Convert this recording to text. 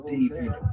David